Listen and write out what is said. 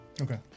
Okay